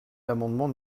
l’amendement